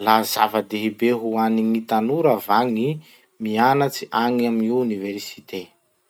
La zava-dehibe ho an'ny tanora va gny mianatsy agny amin'ny oniversite?